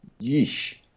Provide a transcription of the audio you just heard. yeesh